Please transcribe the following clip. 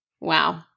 Wow